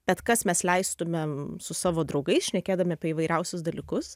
bet kas mes leistumėm su savo draugais šnekėdami apie įvairiausius dalykus